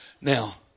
now